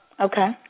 Okay